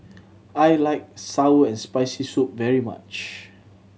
I like sour and Spicy Soup very much